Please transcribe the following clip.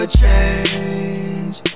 change